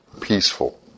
peaceful